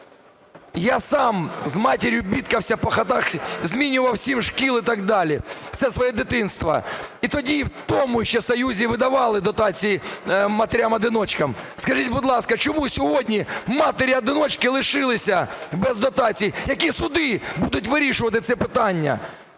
Я сам з матір'ю бідкався по хатах, змінював сім шкіл і так далі все своє дитинство. І тоді в тому ще Союзі видавали дотації матерям-одиночкам. Скажіть, будь ласка, чому сьогодні матері-одиночки лишилися без дотацій? Які суди будуть вирішувати це питання?